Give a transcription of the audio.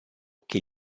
che